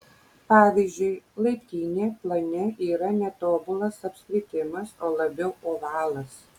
pavyzdžiui laiptinė plane yra ne tobulas apskritimas o labiau ovalas